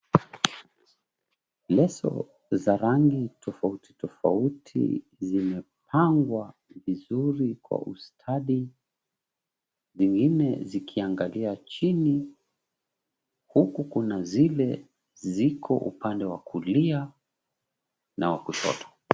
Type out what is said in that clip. Leso za rangi tofauti tofauti zimepangwa vizuri kwa ustadi, zingine zikiangalia chini, huku kuna zilee ziko upande wa kulia na wa kushoto.